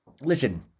listen